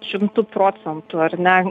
šimtu procentų ar ne